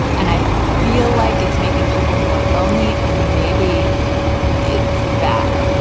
and i feel like it's making people more lonely and maybe it's bad.